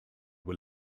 were